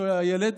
תוהה הילד.